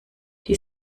die